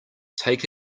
take